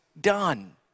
done